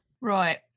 Right